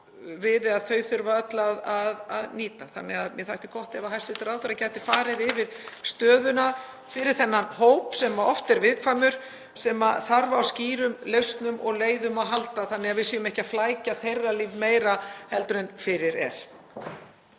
við þurfum öll að nýta. Þannig að mér þætti gott ef hæstv. ráðherra gæti farið yfir stöðu þessa hóps sem oft er viðkvæmur, sem þarf á skýrum lausnum og leiðum að halda þannig að við séum ekki að flækja þeirra líf meira heldur en fyrir er.